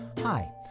Hi